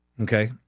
Okay